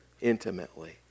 intimately